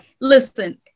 Listen